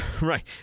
Right